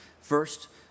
First